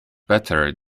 better